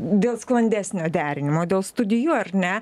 dėl sklandesnio derinimo dėl studijų ar ne